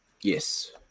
yes